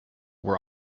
were